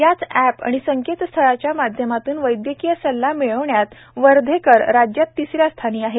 याच अॅप आणि संकेतस्थळाच्या माध्यमातून वैद्यकीय सल्ला मिळविण्यात वर्धेकर राज्यात तिसऱ्या स्थानी आहेत